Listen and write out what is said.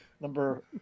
Number